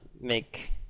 make